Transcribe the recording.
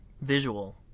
visual